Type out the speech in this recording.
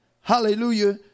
Hallelujah